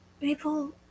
People